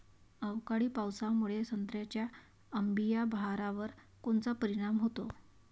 अवकाळी पावसामुळे संत्र्याच्या अंबीया बहारावर कोनचा परिणाम होतो?